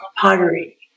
pottery